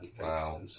Wow